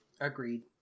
Agreed